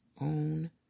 own